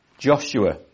Joshua